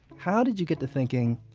how did you get to thinking,